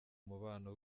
umubano